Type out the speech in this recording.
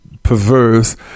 perverse